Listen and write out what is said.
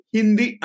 Hindi